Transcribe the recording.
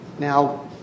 Now